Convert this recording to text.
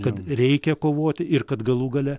kad reikia kovoti ir kad galų gale